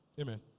Amen